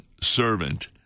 servant